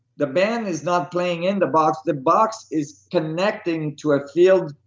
the band is not playing in the box, the box is connecting to a field,